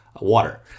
water